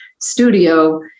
studio